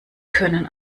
können